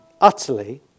utterly